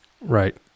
Right